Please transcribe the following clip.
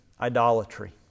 idolatry